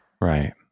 Right